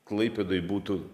klaipėdoj būtų